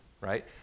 right